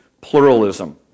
pluralism